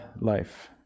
life